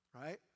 right